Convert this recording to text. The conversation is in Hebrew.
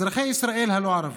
אזרחי ישראל הלא-ערבים,